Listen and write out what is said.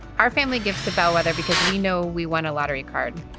our family gives to bellwether because we know we won a lottery card.